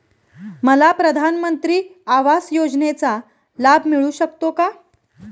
मला प्रधानमंत्री आवास योजनेचा लाभ मिळू शकतो का?